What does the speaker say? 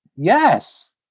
yes,